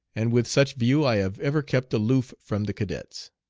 and with such view i have ever kept aloof from the cadets.